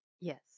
Yes